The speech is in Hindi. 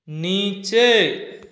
नीचे